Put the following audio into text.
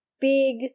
big